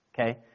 Okay